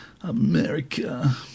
America